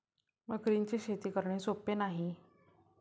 मगरींची शेती करणे सोपे नाही